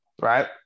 right